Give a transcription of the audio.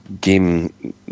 game